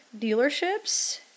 dealerships